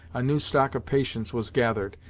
a new stock of patience was gathered,